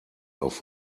auf